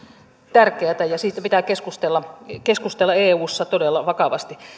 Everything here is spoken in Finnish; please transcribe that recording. tärkeätä ja siitä pitää keskustella eussa todella vakavasti